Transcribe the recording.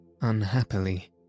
unhappily